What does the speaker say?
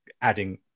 adding